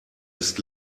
ist